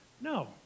No